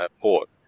Port